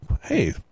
hey